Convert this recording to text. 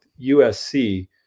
USC